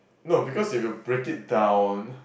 no because if you break it down